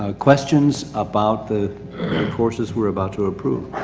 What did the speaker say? ah questions about the courses we're about to approve.